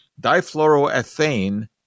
difluoroethane